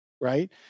right